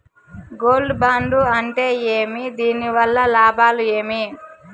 Gold bond అంటే ఏమి? దీని వల్ల లాభాలు ఏమి?